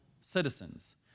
citizens